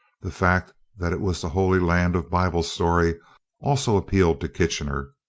the fact that it was the holy land of bible story also appealed to kitchener.